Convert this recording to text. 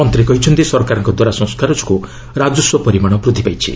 ମନ୍ତ୍ରୀ କହିଛନ୍ତି ସରକାରଙ୍କଦ୍ୱାରା ସଂସ୍କାର ଯୋଗୁଁ ରାଜସ୍ୱ ପରିମାଣ ବୃଦ୍ଧି ପାଇଛି